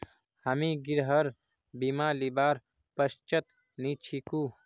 हामी गृहर बीमा लीबार पक्षत नी छिकु